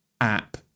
app